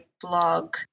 blog